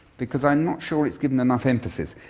because i'm not sure it's given enough emphasis.